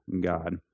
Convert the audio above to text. God